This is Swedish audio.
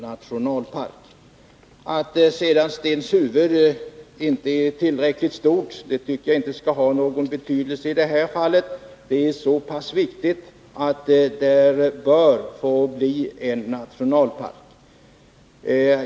Det anförs att Stenshuvud inte är tillräckligt stort, men jag tycker att det inte skall ha någon betydelse i detta fall. Området är så viktigt att det bör få bli en nationalpark.